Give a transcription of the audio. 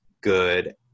good